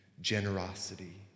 generosity